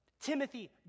Timothy